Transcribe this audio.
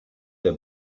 der